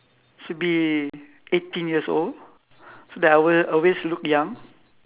should be eighteen years old so that I will always look young